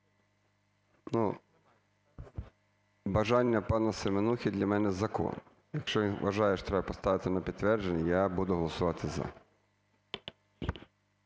Бажання пана Семенухи для мене закон. Якщо він вважає, що треба поставити на підтвердження, я буду голосувати "за".